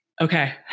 Okay